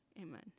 Amen